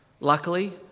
Luckily